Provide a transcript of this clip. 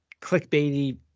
clickbaity